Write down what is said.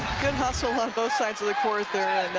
good hustle on both sidesof the court there